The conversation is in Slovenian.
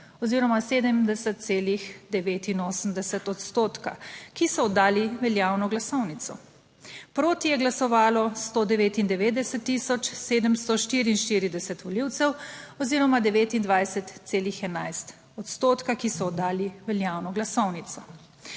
oziroma 70,89 odstotka, ki so oddali veljavno glasovnico. Proti je glasovalo 199744 volivcev oziroma 29,11 odstotka, ki so oddali veljavno glasovnico.